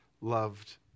loved